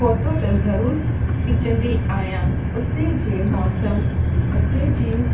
photo त ज़रूरु खीचंदी आहियां उते जे मौसम उते जी